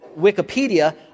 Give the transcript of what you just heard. Wikipedia